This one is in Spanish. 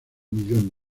millón